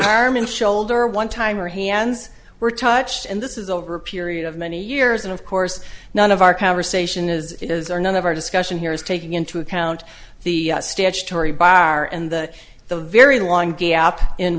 and shoulder one time or hands were touched and this is over a period of many years and of course none of our conversation is it is or none of our discussion here is taking into account the statutory bar and the very long gap in